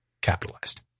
capitalized